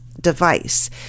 device